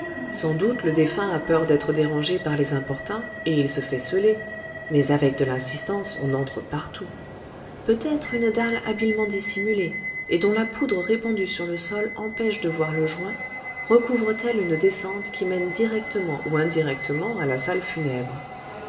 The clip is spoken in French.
sans doute le défunt a peur d'être dérangé par les importuns et il se fait celer mais avec de l'insistance on entre partout peut-être une dalle habilement dissimulée et dont la poudre répandue sur le sol empêche de voir le joint recouvre t elle une descente qui mène directement ou indirectement à la salle funèbre